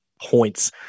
points